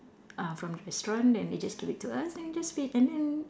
uh from the restaurant then they just gave it to us then we just feed and then